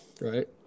right